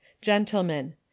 gentlemen